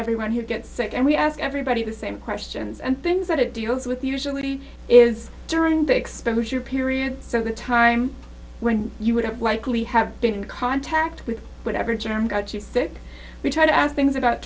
everyone who gets sick and we ask everybody the same questions and things that it deals with usually is during the exposure period so the time when you would likely have been in contact with whatever term got you sick we try to ask things about